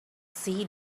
see